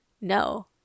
no